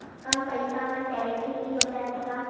कम पईसा मा जैविक खेती हो जाथे का?